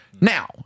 Now